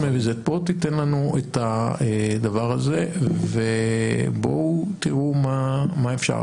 תיתן לנו את הדבר הזה ובואו תראו מה אפשר.